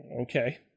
Okay